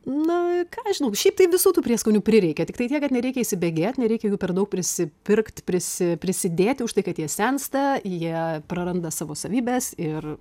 nu ką žinau šiaip tai visų tų prieskonių prireikia tiktai niekad nereikia įsibėgėt nereikia jų per daug prisipirkt prisi prisidėti užtai kad jie sensta jie praranda savo savybes ir